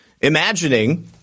imagining